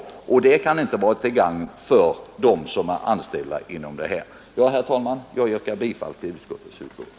Det kan inte vara till gagn för dem som är anställda hos stat och kommun. Herr talman! Jag yrkar bifall till utskottets hemställan.